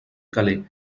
calais